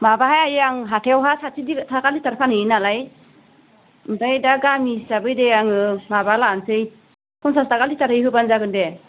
माबाहाय आं हाथायावहा साथि थाखा लिटार फानहैयो नालाय ओमफ्राय दा गामिनि हिसाबै दे आङो माबा लानोसै पन्सास ताका लिटारै होबानो जागोन दे